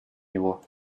него